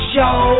Show